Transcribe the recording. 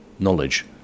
knowledge